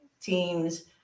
teams